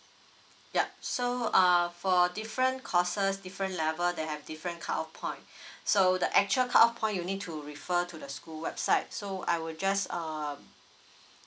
yup so err for different courses different level they have different cut off point the actual kind off point you need to refer to the school website so I will just uh